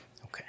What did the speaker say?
Okay